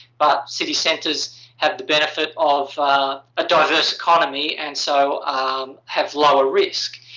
but city centers have the benefit of a diverse economy and so have lower risk.